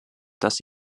dass